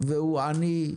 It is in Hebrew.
והוא עני,